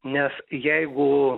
nes jeigu